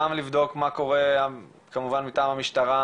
גם לבדוק מה קורה כמובן מטעם המשטרה,